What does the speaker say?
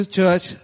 church